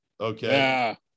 Okay